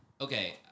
Okay